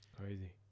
Crazy